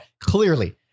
Clearly